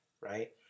right